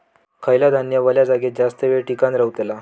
खयला धान्य वल्या जागेत जास्त येळ टिकान रवतला?